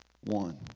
one